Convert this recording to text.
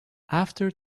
after